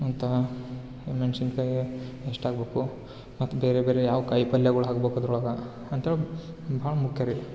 ಅಂತಾ ಮೆಣಸಿನ್ಕಾಯಿ ಎಷ್ಟು ಹಾಕ್ಬೇಕು ಮತ್ತು ಬೇರೆ ಬೇರೆ ಯಾವ ಕಾಯಿ ಪಲ್ಯಗಳ್ ಹಾಕ್ಬೇಕ್ ಅದ್ರೊಳಗೆ ಅಂತೇಳಿ ಭಾಳ ಮುಖ್ಯ ರೀ